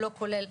לא כולל,